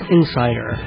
Insider